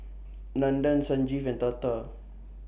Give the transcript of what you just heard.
Nandan Sanjeev and Tata